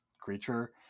creature